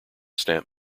stamp